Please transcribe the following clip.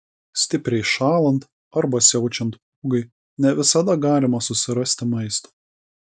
stipriai šąlant arba siaučiant pūgai ne visada galima susirasti maisto